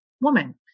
woman